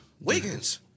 Wiggins